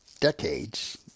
decades